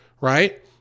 right